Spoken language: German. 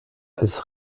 als